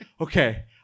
okay